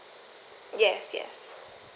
yes yes